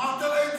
אמרת לה את